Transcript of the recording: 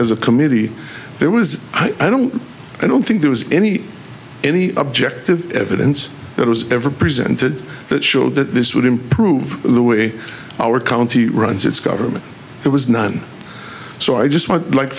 as a committee there was i don't i don't think there was any any objective evidence that was ever presented that showed that this would improve the way our county runs its government there was none so i just want like